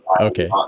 okay